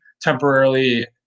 temporarily